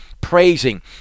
praising